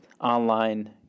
online